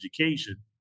education